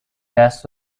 gas